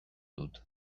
dut